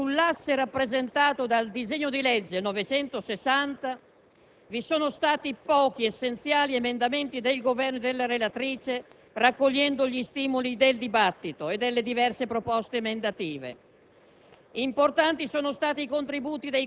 Signor Presidente, sull'asse rappresentato dal disegno di legge n. 960 vi sono stati pochi, essenziali emendamenti del Governo e della relatrice che hanno raccolto gli stimoli del dibattito e delle diverse proposte emendative.